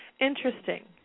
Interesting